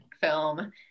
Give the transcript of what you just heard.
film